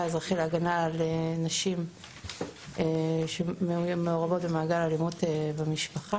אזרחי להגנה על נשים שמעורבות במעגל האלימות במשפחה.